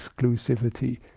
exclusivity